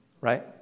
Right